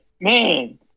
man